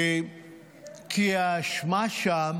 כי האשמה שם